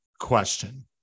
question